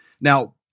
Now